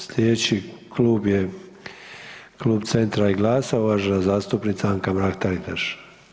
Slijedeći klub je klub centra i GLAS-a, uvažena zastupnica Anka Mrak-Taritaš.